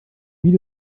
beat